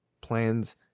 plans